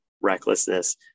recklessness